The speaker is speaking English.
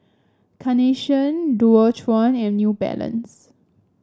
Carnation Dualtron and New Balance